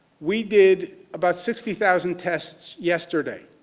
we did about sixty thousand tests yesterday.